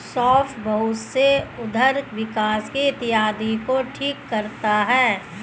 सौंफ बहुत से उदर विकार इत्यादि को ठीक करता है